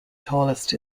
tallest